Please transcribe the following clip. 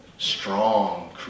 Strong